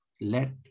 let